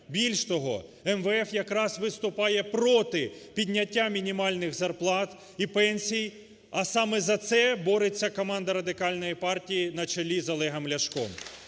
Більш того, МВФ якраз виступає проти підняття мінімальних зарплат і пенсій, а саме за це бореться команда Радикальної партії на чолі з Олегом Ляшком.